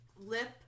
Lip